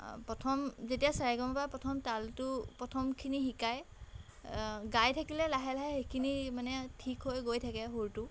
প্ৰথম যেতিয়া চা ৰে গা মা পা প্ৰথম তালটো প্ৰথমখিনি শিকায় গাই থাকিলে লাহে লাহে সেইখিনি মানে ঠিক হৈ গৈ থাকে সুৰটো